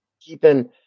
keeping